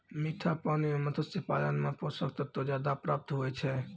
मीठा पानी मे मत्स्य पालन मे पोषक तत्व ज्यादा प्राप्त हुवै छै